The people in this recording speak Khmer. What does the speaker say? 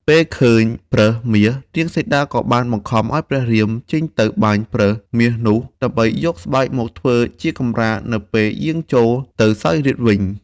ពេលឃើញប្រើសមាស នាងសីតាក៏បានបង្ខំឱ្យព្រះរាមចេញទៅបាញ់ប្រើសមាសនោះ ដើម្បីយកស្បែកមកធ្វើជាកម្រាលនៅពេលយាងចូល ទៅសោយរាជ្យវិញ។